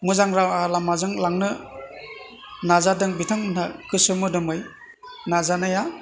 मोजां राहा लामाजों लांनो नाजादों बिथांमोनहा गोसो मोदोमै नाजानाया